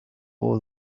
all